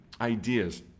ideas